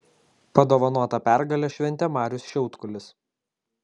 padovanotą pergalę šventė marius šiaudkulis